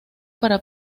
para